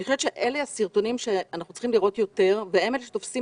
אני חושבת שאלה הסרטונים שאנחנו צריכים לראות יותר והם אלה שתופסים